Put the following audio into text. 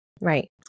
Right